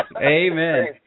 Amen